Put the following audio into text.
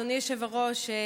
אדוני היושב-ראש,